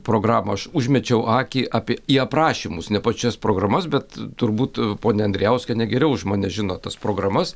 programą aš užmečiau akį apie į aprašymus ne pačias programas bet turbūt ponia andrijauskienė geriau už mane žino tas programas